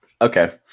Okay